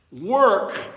work